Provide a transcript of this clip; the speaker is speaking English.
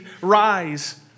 rise